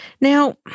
Now